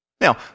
Now